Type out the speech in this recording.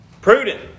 Prudent